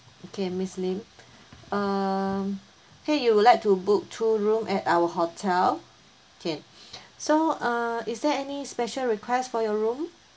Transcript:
okay miss lim um !hey! you would like to book two room at our hotel can so uh is there any special request for your room